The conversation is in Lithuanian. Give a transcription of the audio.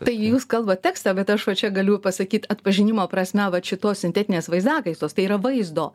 tai jūs kalbat tekstą bet aš va čia galiu pasakyt atpažinimo prasme vat šitos sintetinės vaizdakaitos tai yra vaizdo